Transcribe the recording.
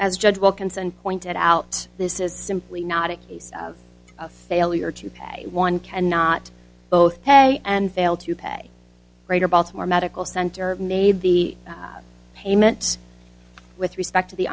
as judge wilkinson pointed out this is simply not a case of failure to pay one can not both pay and fail to pay greater baltimore medical center made the payment with respect t